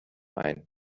ein